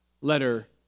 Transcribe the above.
letter